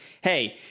hey